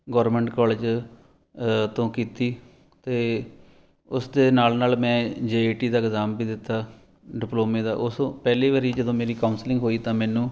government college ਤੋਂ ਕੀਤੀ ਅਤੇ ਉਸ ਦੇ ਨਾਲ ਨਾਲ ਮੈਂ ਜੇ ਈ ਟੀ ਦਾ ਇਗਜਾਮ ਵੀ ਦਿੱਤਾ ਡਿਪਲੋਮੇ ਦਾ ਉਸ ਪਹਿਲੀ ਵਾਰੀ ਜਦੋਂ ਮੇਰੀ ਕਾਉਂਸਲਿੰਗ ਹੋਈ ਤਾਂ ਮੈਨੂੰ